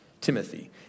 Timothy